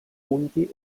punti